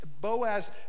Boaz